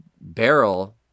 barrel